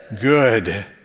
good